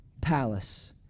palace